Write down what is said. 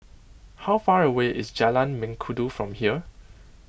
how far away is Jalan Mengkudu from here